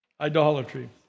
idolatry